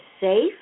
safe